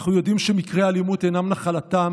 אנחנו יודעים שמקרי אלימות אינם נחלתם